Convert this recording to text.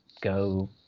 go